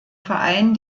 verein